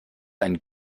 ein